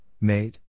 made